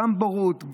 גם בורות,